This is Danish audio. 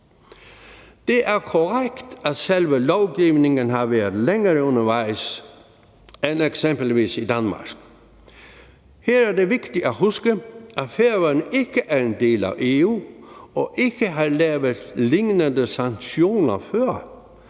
Det er korrekt, at selve lovgivningen har været længere undervejs end eksempelvis i Danmark. Her er det vigtigt at huske, at Færøerne ikke er en del af EU og ikke har lavet lignende sanktioner før.